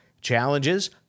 challenges